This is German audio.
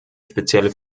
spezielle